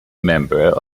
member